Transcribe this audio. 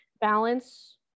balance